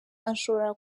ashobora